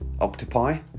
octopi